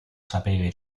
sapere